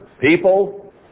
people